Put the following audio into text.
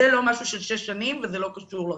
זה לא משהו של שש שנים וזה לא קשור לרפורמה.